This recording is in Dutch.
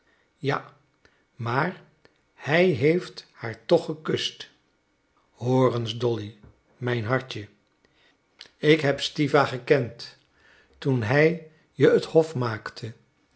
ja maar hij heeft haar toch gekust hoor eens dolly mijn hartje ik heb stiwa gekend toen hij je het hof maakte